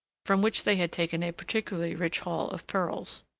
from which they had taken a particularly rich haul of pearls.